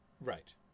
right